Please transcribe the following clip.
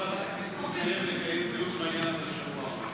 יושב-ראש ועדת הכנסת מתחייב לקיים דיון בעניין הזה בשבוע הבא.